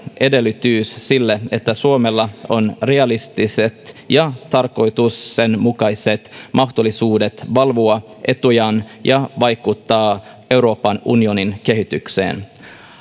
edellytys sille että suomella on realistiset ja tarkoituksenmukaiset mahdollisuudet valvoa etujaan ja vaikuttaa euroopan unionin kehitykseen